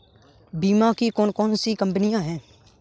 बीमा की कौन कौन सी कंपनियाँ हैं?